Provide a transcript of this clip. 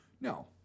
No